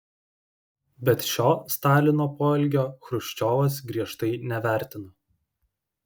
bet šio stalino poelgio chruščiovas griežtai nevertino